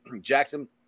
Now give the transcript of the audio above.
Jackson